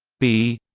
b